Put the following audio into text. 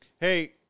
Hey